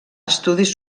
estudis